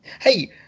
Hey